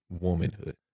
womanhood